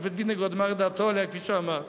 והשופט וינוגרד אמר את דעתו עליה כפי שאמר.